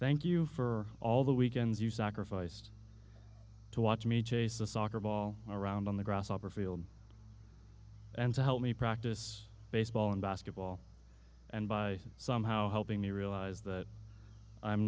thank you for all the weekends you sacrificed to watch me chase a soccer ball around on the grasshopper field and to help me practice baseball and basketball and by somehow helping me realize that i'm